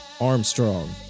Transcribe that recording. Armstrong